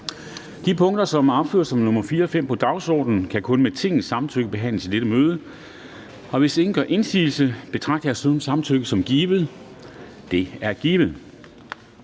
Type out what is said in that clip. De punkter, som er opført som nr. 4 og 5 på dagsordenen, kan kun med Tingets samtykke behandles i dette møde. Hvis ingen gør indsigelse, betragter jeg samtykket som givet. Det er givet.